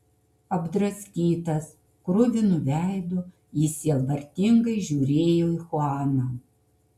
apdraskytas kruvinu veidu jis sielvartingai žiūrėjo į chuaną